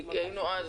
כי היינו אז,